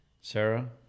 Sarah